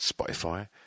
Spotify